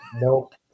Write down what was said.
nope